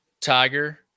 Tiger